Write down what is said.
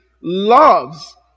loves